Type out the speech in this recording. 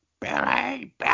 Billy